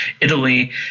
Italy